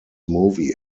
movie